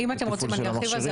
אם אתם רוצים אני ארחיב על זה.